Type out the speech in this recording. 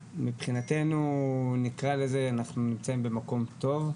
מבחינתנו נקרא לזה אנחנו נמצאים במקום טוב,